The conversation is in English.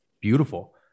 beautiful